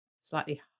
slightly